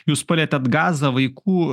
jūs palietėt gazą vaikų